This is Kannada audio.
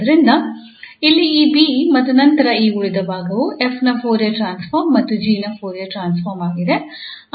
ಆದ್ದರಿಂದ ಇಲ್ಲಿ ಈ b ಮತ್ತು ನಂತರ ಈ ಉಳಿದ ಭಾಗವು 𝑓 ನ ಫೋರಿಯರ್ ಟ್ರಾನ್ಸ್ಫಾರ್ಮ್ ಮತ್ತು 𝑔 ನ ಫೋರಿಯರ್ ಟ್ರಾನ್ಸ್ಫಾರ್ಮ್ ಆಗಿದೆ